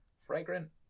Fragrant